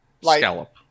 Scallop